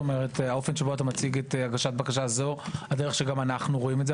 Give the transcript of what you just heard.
האופן שבו אתה מציג את הגשת הבקשה זו גם הדרך שבה אנו רואים את זה,